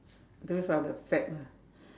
those are the fad lah